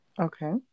Okay